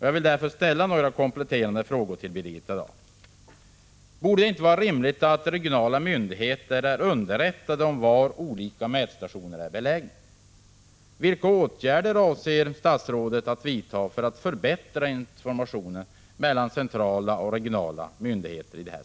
Jag vill därför ställa några kompletterande frågor till Birgitta Dahl: Är det inte rimligt att regionala myndigheter är underrättade om var olika mätstationer är belägna?